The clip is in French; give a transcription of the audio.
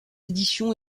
édition